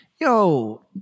Yo